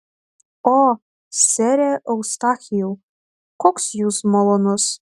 o sere eustachijau koks jūs malonus